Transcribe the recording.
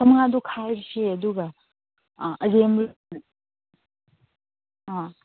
ꯆꯥꯝꯃꯉꯥꯗꯣ ꯈꯥꯏꯔꯁꯦ ꯑꯗꯨꯒ ꯑꯔꯦꯝꯕꯗꯨꯅ ꯑꯥ